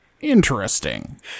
Interesting